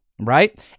right